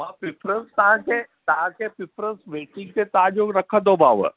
मां प्रेफरेंस खे तव्हां खे प्रेफ़रेंस वेटिंग ते तव्हां जो रखंदोमांव